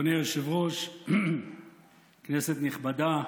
אדוני היושב-ראש, כנסת נכבדה,